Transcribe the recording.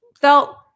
felt